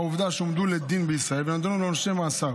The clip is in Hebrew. -ראש הוועדה, נבצר ממנו בשל פטירת